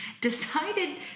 decided